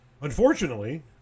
Unfortunately